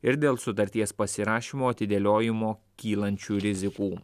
ir dėl sutarties pasirašymo atidėliojimo kylančių rizikų